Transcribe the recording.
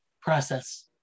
process